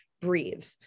breathe